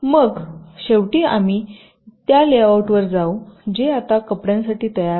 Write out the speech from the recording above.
मग शेवटी आम्ही त्या लेआउट वर जाऊ जे आता कपड्यांसाठी तयार आहे